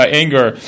anger